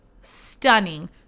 stunning